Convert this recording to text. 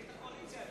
נשארה חצי דקה.